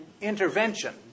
intervention